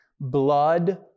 blood